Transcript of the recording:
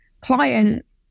clients